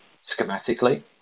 Schematically